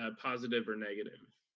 ah positive or negative,